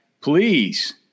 please